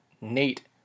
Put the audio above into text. Nate